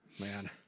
man